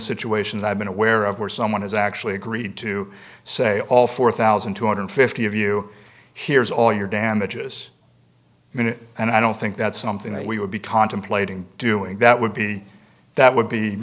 situation i've been aware of where someone has actually agreed to say all four thousand two hundred fifty of you hears all your damages and i don't think that's something that we would be contemplating doing that would be that would be